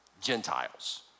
Gentiles